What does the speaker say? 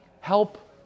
help